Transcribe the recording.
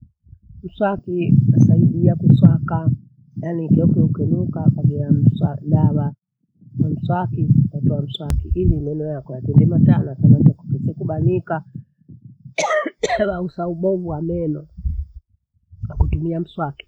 Mswaki unasaidia kuswaka. Yaani keokeo ukwenukaa ukagea mswa dawa kwa mswaki, kwatoa mswaki ili meno yako yatende matana kama makitete kubanika wausa ubovu wa meno kwakutumia mswaki.